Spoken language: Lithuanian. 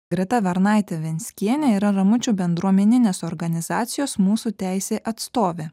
greta varnaitė venskienė yra ramučių bendruomeninės organizacijos mūsų teisė atstovė